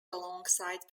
alongside